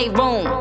room